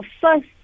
first